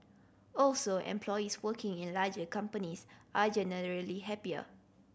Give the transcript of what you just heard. also employees working in larger companies are generally happier